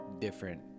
different